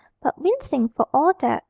but wincing for all that,